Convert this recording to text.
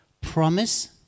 promise